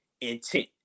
intent